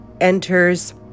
enters